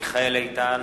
מיכאל איתן,